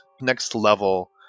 next-level